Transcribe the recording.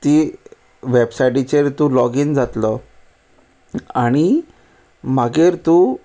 ती वॅबसायटीचेर तूं लॉगीन जातलो आनी मागीर तूं